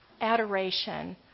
adoration